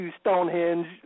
Stonehenge